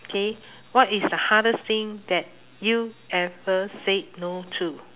okay what is the hardest thing that you ever said no to